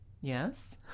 Yes